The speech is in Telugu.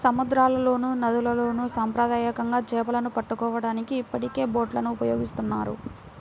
సముద్రాల్లోనూ, నదుల్లోను సాంప్రదాయకంగా చేపలను పట్టుకోవడానికి ఇప్పటికే బోట్లను ఉపయోగిస్తున్నారు